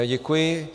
Děkuji.